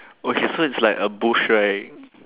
okay so it's like a bush right